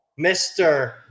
Mr